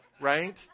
right